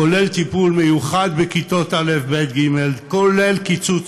כולל טיפול מיוחד בכיתות א', ב', ג', כולל קיצור,